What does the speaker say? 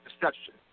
deception